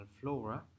flora